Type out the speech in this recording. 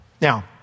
Now